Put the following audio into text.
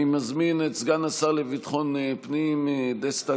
אני מזמין את סגן השר לביטחון פנים דסטה